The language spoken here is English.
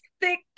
thick